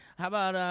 how about